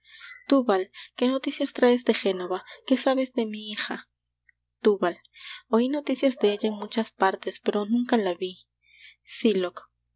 túbal qué noticias traes de génova qué sabes de mi hija túbal oí noticias de ella en muchas partes pero nunca la ví